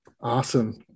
Awesome